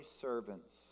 servants